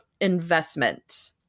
investment